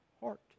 heart